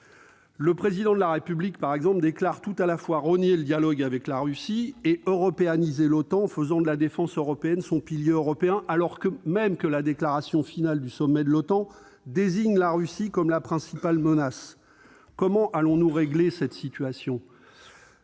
le Président de la République déclare vouloir tout à la fois renouer le dialogue avec la Russie et européaniser l'OTAN en faisant de la défense européenne son pilier européen, alors même que la déclaration finale du sommet de l'OTAN désigne la Russie comme la principale menace. Comment allons-nous régler cette contradiction ?